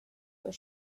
for